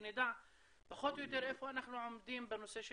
שנדע פחות או יותר איפה אנחנו עומדים בנושא של